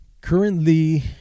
Currently